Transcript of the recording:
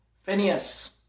Phineas